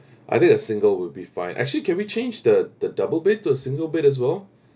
I think a single will be fine actually can we change the the double bed to a single bed as well